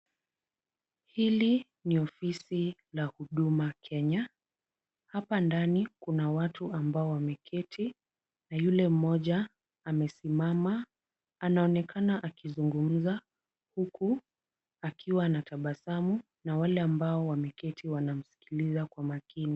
Hili ni ofisi la Huduma Kenya. Hapa ndani kuna watu ambao wameketi na yule mmoja amesimama. Anaonekana akizungumza huku akiwa anatabasamu na wale ambao wameketi wanamsikiliza kwa makini.